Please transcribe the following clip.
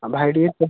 ଭାଇ ଟିକେ